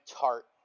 tart